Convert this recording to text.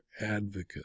advocate